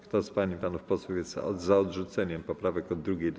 Kto z pań i panów posłów jest za odrzuceniem poprawek od 2. do